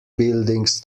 buildings